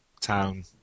town